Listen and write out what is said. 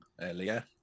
earlier